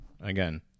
again